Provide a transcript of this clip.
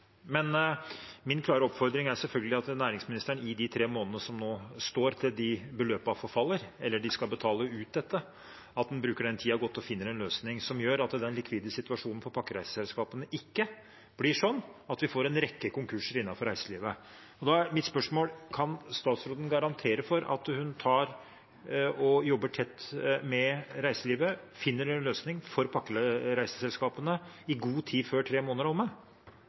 Men min klare oppfordring er selvfølgelig at næringsministeren i de tre månedene fram til beløpene forfaller, eller til at de skal betale dette, bruker tiden godt og finner en løsning som gjør at den likvide situasjonen for pakkereiseselskapene ikke blir sånn at vi får en rekke konkurser innenfor reiselivet. Da er mitt spørsmål: Kan statsråden garantere for at hun jobber tett med reiselivet og finner en løsning for pakkereiseselskapene i god tid før tre måneder er omme? Jeg kan for det første forsikre representanten om at vi i dag jobber tett med